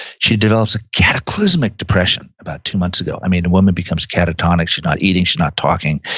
she develops a cataclysmic depression about two months ago. i mean, the woman becomes catatonic, she's not eating, she's not talking.